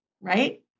right